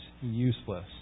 useless